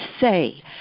say